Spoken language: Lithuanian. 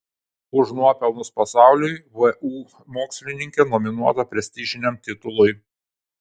už nuopelnus pasauliui vu mokslininkė nominuota prestižiniam titului